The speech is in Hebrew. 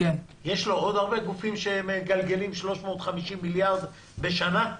יש לו עוד הרבה גופים שמגלגלים 350 מיליארד שקל בשנה,